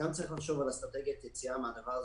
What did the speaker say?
גם צריך לחשוב על אסטרטגיית יציאה מהדבר הזה,